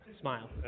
smile